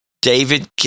David